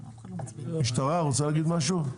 נציג המשטרה, רוצה להגיד משהו?